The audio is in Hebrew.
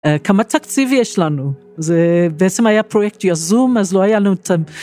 כמה תקציב יש לנו? זה בעצם היה פרויקט יזום, אז לא היה לנו את ה...